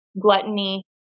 gluttony